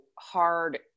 hard